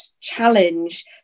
challenge